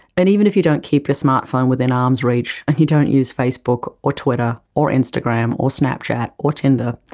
and even if you don't keep your smartphone within arm's reach, and you don't use facebook, or twitter or instagram, or snapchat or tinder,